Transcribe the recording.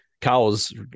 cows